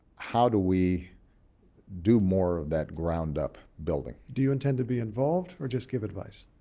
how do we do more of that ground up building? do you intend to be involved or just give advice?